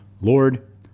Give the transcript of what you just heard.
Lord